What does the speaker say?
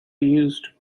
used